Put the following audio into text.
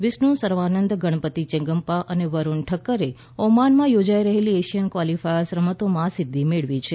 વિષ્ણુ સર્વાનન્દ ગણપતિ ચેંગપ્પા અને વરૂણ ઠક્કરે ઓમાનમાં યોજાઈ રહેલ એશિયન ક્વાલીફાયર્સ રમતોમાં આ સિધ્ધિ મેળવી છે